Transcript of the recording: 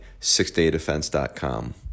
sixdaydefense.com